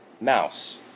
Mouse